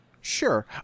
Sure